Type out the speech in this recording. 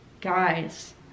guys